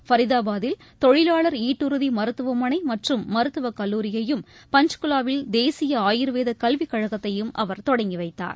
ஃபரிதாபாதில் தொழிலாளர் ஈட்டுறதி மருத்துவமனை மற்றும் மருத்துவக்கல்லூரியையும் பஞ்சகுலாவில் தேசிய ஆயுர்வேத கல்விக்கழகத்தையும் அவர் தொடங்கிவைத்தார்